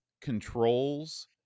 controls